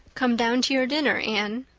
come down to your dinner, anne.